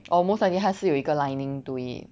or most likely 它是有一个 lining to it